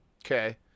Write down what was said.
Okay